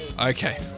Okay